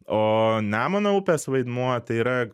o nemuno upės vaidmuo tai yra